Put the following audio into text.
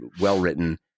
well-written